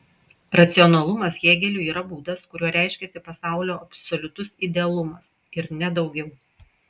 racionalumas hėgeliui yra būdas kuriuo reiškiasi pasaulio absoliutus idealumas ir ne daugiau